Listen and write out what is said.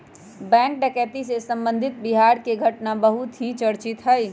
bank डकैती से संबंधित बिहार के घटना बहुत ही चर्चित हई